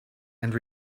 and